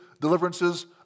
deliverances